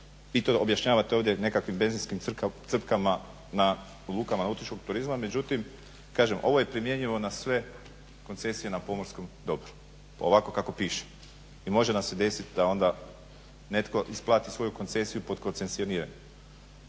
i to objašnjavate ovdje nekakvim benzinskim crpkama na lukama nautičkog turizma. Međutim, kažem ovo je primjenjivo na sve koncesije na pomorskom dobru ovako kako piše i može nam se desiti da onda netko isplati svoju koncesiju pod koncesioniranjem.